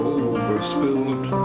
overspilled